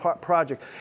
project